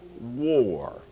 War